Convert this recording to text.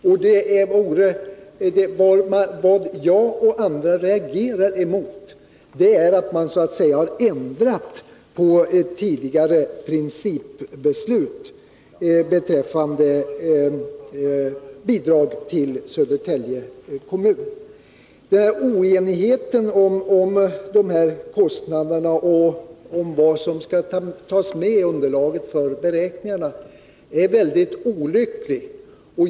Vad jag och andra nu reagerar emot är att man ändrat på tidigare principbeslut beträffande bidrag till Södertälje kommun. Oenigheten om dessa kostnader och om vad som skall tas med i underlaget för beräkningarna är mycket olycklig.